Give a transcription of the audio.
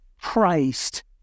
Christ